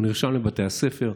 הוא נרשם לבתי הספר,